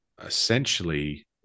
essentially